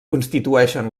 constituïxen